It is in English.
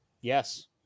Yes